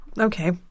Okay